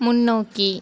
முன்னோக்கி